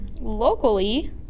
locally